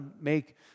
make